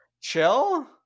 chill